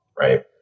Right